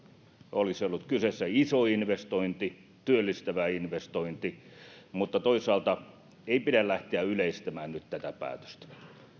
olisi ollut kyseessä iso investointi työllistävä investointi mutta toisaalta ei pidä nyt lähteä yleistämään tätä päätöstä